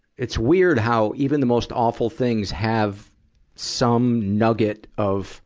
it's weird how even the most awful things have some nugget of